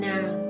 Now